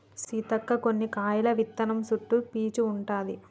సీతక్క కొన్ని కాయల విత్తనం చుట్టు పీసు ఉంటది